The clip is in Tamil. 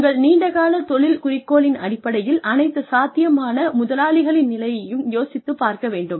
உங்கள் நீண்ட கால தொழில் குறிக்கோளின் அடிப்படையில் அனைத்து சாத்தியமான முதலாளிகளின் நிலையையும் யோசித்துப் பார்க்க வேண்டும்